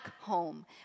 home